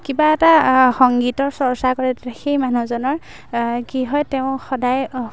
কিবা এটা সংগীতৰ চৰ্চা কৰে সেই মানুহজনৰ কি হয় তেওঁ সদায়